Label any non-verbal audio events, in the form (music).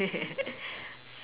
(laughs)